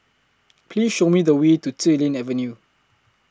Please Show Me The Way to Xilin Avenue